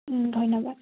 ধন্যবাদ